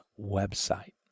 website